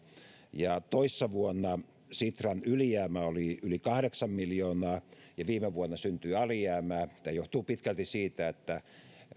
toissa vuonna sitran ylijäämä oli yli kahdeksan miljoonaa ja viime vuonna syntyi alijäämää tämä johtuu pitkälti siitä että